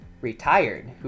retired